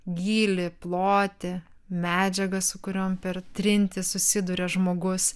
gylį plotį medžiagas su kuriom per trintį susiduria žmogus